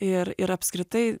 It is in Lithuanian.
ir ir apskritai